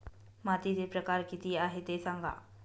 मातीचे प्रकार किती आहे ते सांगा